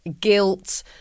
guilt